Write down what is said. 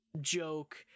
joke